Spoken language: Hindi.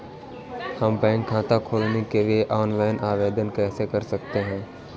हम बैंक खाता खोलने के लिए ऑनलाइन आवेदन कैसे कर सकते हैं?